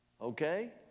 Okay